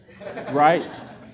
right